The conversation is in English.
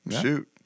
shoot